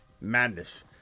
madness